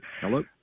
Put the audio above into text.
Hello